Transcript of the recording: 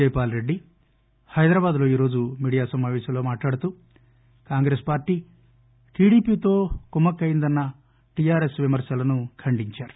జైపాల్రెడ్డి హైదరాబాద్లో ఈరోజు మీడియా సమావేశంలో మాట్లాడుతూ కాంగ్రెస్ పార్టీ టిడిపితో కుమ్మక్కయ్యందన్న టిఆర్ఎస్ విమర్శను ఖండించారు